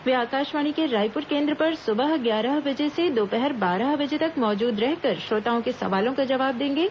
वे आकाशवाणी के रायपुर केन्द्र पर सुबह ग्यारह बजे से दोपहर बारह बजे तक मौजूद रहकर श्रोताओं के सवालों का जवाब देंगे